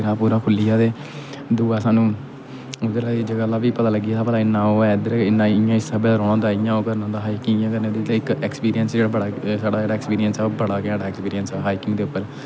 उधर जिसलै मिगी पता लगी आ कि इ'न्ना ओह् ऐ इधर इस साह्बै दा इ'यां ओह् करना होंदा हाइकिंग कियां करनी होंदी ओह् एक्सपिरिंस साढ़ा जेह्ड़ा एक्सपिरिंस हा हाइकिंग उप्पर